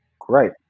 Great